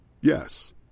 Yes